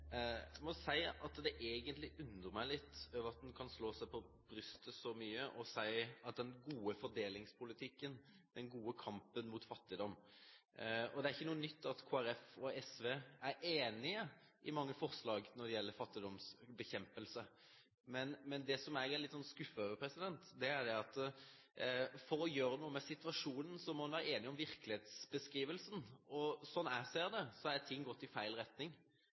fordelingspolitikken, den gode kampen mot fattigdom. Det er ikke noe nytt at Kristelig Folkeparti og SV er enige om mange forslag når det gjelder fattigdomsbekjempelse. Men det jeg er litt skuffet over, gjelder det å gjøre noe med situasjonen, og da må man være enig om virkelighetsbeskrivelsen, og sånn jeg ser det, har ting gått i feil retning.